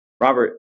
Robert